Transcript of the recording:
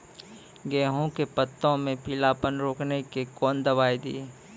गेहूँ के पत्तों मे पीलापन रोकने के कौन दवाई दी?